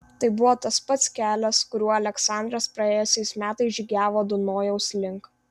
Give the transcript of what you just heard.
tai buvo tas pats kelias kuriuo aleksandras praėjusiais metais žygiavo dunojaus link